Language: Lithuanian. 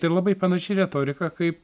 tai labai panaši retorika kaip